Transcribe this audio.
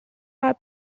are